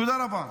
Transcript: תודה רבה.